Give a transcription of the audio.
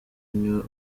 anywa